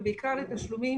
ובעיקר לתשלומים